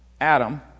Adam